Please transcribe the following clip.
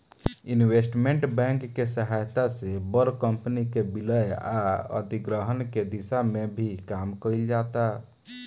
investment bank के सहायता से बड़ कंपनी के विलय आ अधिग्रहण के दिशा में भी काम कईल जाता